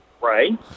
right